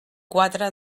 quatre